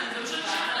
הצבעה.